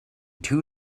two